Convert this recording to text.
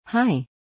Hi